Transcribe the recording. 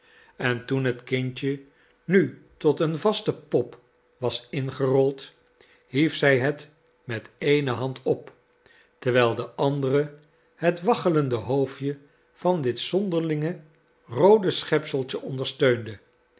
en toen het kindje nu tot een vaste pop was ingerold hief zij het met ééne hand op terwijl de andere het waggelende hoofdje van dit zonderlinge roode schepseltje ondersteunde